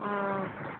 ஆ ஆ